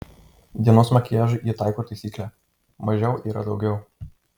dienos makiažui ji taiko taisyklę mažiau yra daugiau